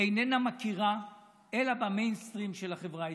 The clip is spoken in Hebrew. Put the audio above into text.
איננה מכירה אלא במיינסטרים של החברה הישראלית.